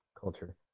culture